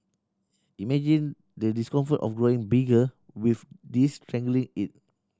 imagine the discomfort of growing bigger with this strangling it